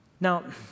Now